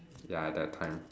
ya at that time